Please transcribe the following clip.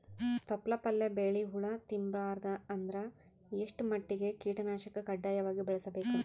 ತೊಪ್ಲ ಪಲ್ಯ ಬೆಳಿ ಹುಳ ತಿಂಬಾರದ ಅಂದ್ರ ಎಷ್ಟ ಮಟ್ಟಿಗ ಕೀಟನಾಶಕ ಕಡ್ಡಾಯವಾಗಿ ಬಳಸಬೇಕು?